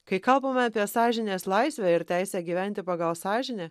kai kalbame apie sąžinės laisvę ir teisę gyventi pagal sąžinę